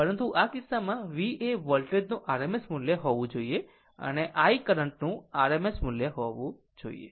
પરંતુ આ કિસ્સામાં V એ વોલ્ટેજ નું RMS મૂલ્ય હોવું જોઈએ અને i કરંટ નું RMS મૂલ્ય હોવું જોઈએ